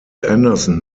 anderson